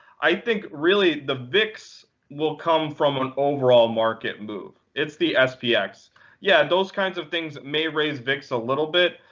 i think, really, the vix will come from an overall market move. it's the ah spx. yeah, those yeah, those kinds of things may raise vix a little bit,